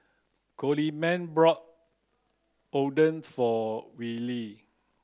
Coleman brought Oden for Willy